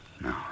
No